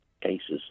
cases